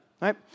right